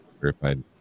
verified